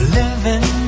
living